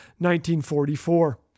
1944